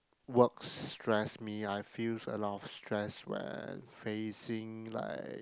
work stress me I feels a lot of stress when facing like